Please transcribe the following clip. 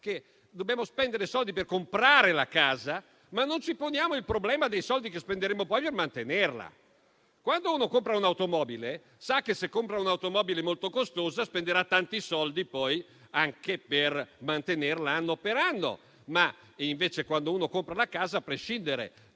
che dobbiamo spendere soldi per comprare la casa, ma non ci poniamo il problema dei soldi che spenderemo poi per mantenerla. Quando uno compra un'automobile, sa che, se ne compra una molto costosa, spenderà poi tanti soldi anche per mantenerla. Invece, quando uno compra la casa, a prescindere